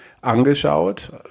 angeschaut